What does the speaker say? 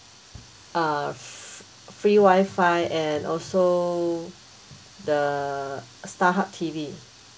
uh fr~ free wifi and also the a Starhub T_V